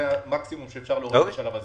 זה המקסימום שאפשר להוריד בשלב הזה.